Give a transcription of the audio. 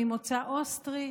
ממוצא אוסטרי,